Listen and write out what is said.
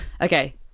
Okay